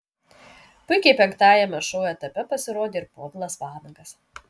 puikiai penktajame šou etape pasirodė ir povilas vanagas